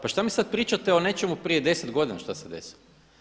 Pa šta mi sada pričate o nečemu prije 10 godina šta se desilo.